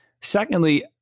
Secondly